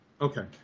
Okay